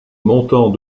montant